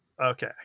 Okay